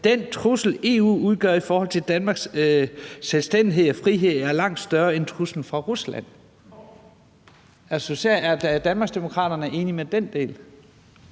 »Den trussel, EU udgør i forhold til Danmarks selvstændighed og frihed, er langt større end truslen fra Rusland.« Er Danmarksdemokraterne enige i den del?